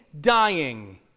dying